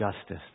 justice